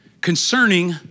Concerning